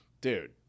dude